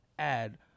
add